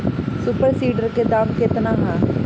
Super seeder के दाम केतना ह?